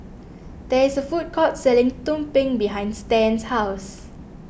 there is a food court selling Tumpeng behind Stan's house